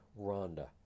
Rhonda